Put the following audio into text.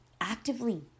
actively